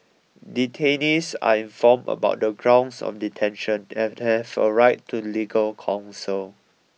detainees are informed about the grounds of detention and have a right to legal counsel